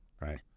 right